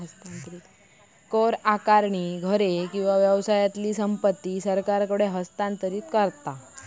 कर आकारणी घरे किंवा व्यवसायातली संपत्ती सरकारकडे हस्तांतरित करता